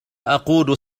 أقود